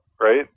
right